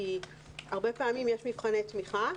כי הרבה פעמים יש מבחני תמיכה,